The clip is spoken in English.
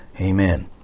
Amen